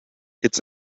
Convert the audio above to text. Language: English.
its